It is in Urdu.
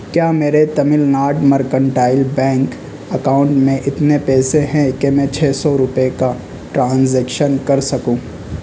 کیا میرے Tamil Nadu mercantile bank account میں اتنے پیسے ہیں کہ میں چھ سو روپے کا ٹرانزیکشن کر سکوں